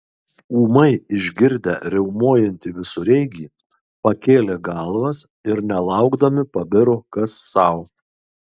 ūmai išgirdę riaumojantį visureigį pakėlė galvas ir nelaukdami pabiro kas sau